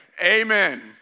amen